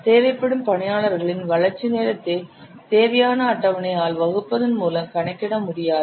தேவைப்படும் பணியாளர்களின் வளர்ச்சி நேரத்தை தேவையான அட்டவணையால் வகுப்பதன் மூலம் கணக்கிட முடியாது